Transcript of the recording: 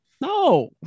No